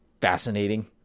fascinating